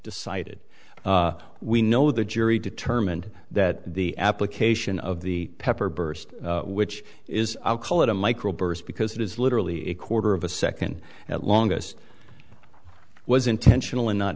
decided we know the jury determined that the application of the pepper burst which is i'll call it a microburst because it is literally a quarter of a second at longest was intentional